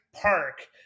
Park